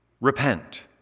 repent